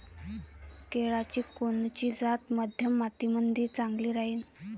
केळाची कोनची जात मध्यम मातीमंदी चांगली राहिन?